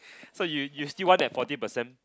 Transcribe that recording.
so you you still want that forty percent